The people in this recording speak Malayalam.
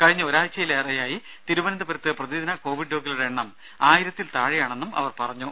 കഴിഞ്ഞ ഒരാഴ്ചയിലേറെയായി തിരുവനന്തപുരത്ത് പ്രതിദിന കോവിഡ് രോഗികളുടെ എണ്ണം ആയിരത്തിൽ താഴെയാണെന്നും അവർ പറഞ്ഞു